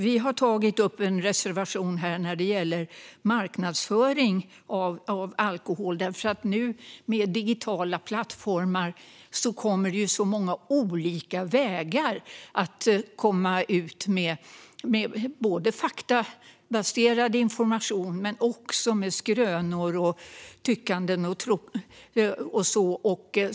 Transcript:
Vi har tagit upp en reservation här som gäller marknadsföring av alkohol. Nu med de digitala plattformarna kommer det så många olika vägar att gå ut med faktabaserad information men också med skrönor och tyckande och tro.